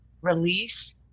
release